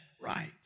right